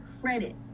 credit